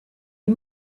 you